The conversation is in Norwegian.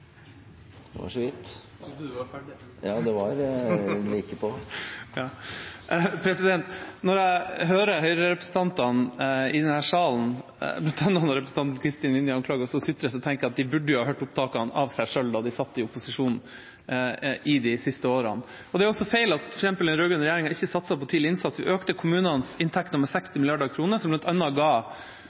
Det var vel ingen solstråle som sto på talerstolen under det innlegget heller. Representanten Martin Henriksen har hatt ordet to ganger tidligere og får ordet til en kort merknad, begrenset til 1 minutt. Når jeg hører Høyre-representantene i denne salen, bl.a. når representanten Kristin Vinje anklager oss for å sutre, tenker jeg at de burde hørt opptakene av seg selv da de satt i opposisjon de siste årene. Det er feil at den rød-grønne regjeringa ikke satset på tidlig innsats. Vi økte kommunenes inntekter med 60